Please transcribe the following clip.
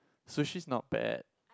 sushi's not bad